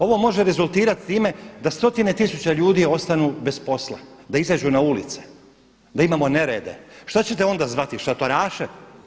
Ovo može rezultirati time da stotine tisuća ljudi ostanu bez posla, da izađu na ulice, da imamo nerede, šta ćete onda zvati, šatoraše?